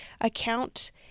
account